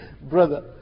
brother